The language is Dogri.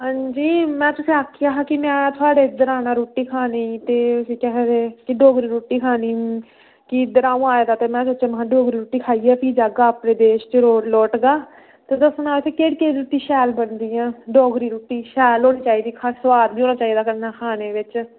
अंजी में तुसेंगी आक्खेआ अज्ज में थुआढ़े इद्धर दा रुट्टी खानी ते एह् केह् आक्खदे डोगरी रुट्टी खानी तदे में इद्धर आये दा ते भी महां इद्धर आये दा ते डोगरी रुट्टी खाइयै गै लौटगा ते तुस सनाओ केह्ड़ी केह्ड़ी रुट्टी शैल बनदी ऐ डोगरी रुट्टी शैल होनी चाहिदी कन्नै सोआद होना चाहिदा खानै बिच